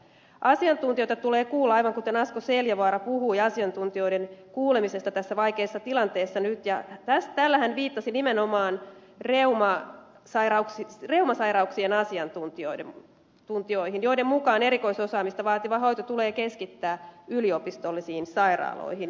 asiantuntijoita tulee kuulla aivan kuten asko seljavaara puhui asiantuntijoiden kuulemisesta tässä vaikeassa tilanteessa nyt ja tällä hän viittasi nimenomaan reumasairauksien asiantuntijoihin joiden mukaan erikoisosaamista vaativa hoito tulee keskittää yliopistollisiin sairaaloihin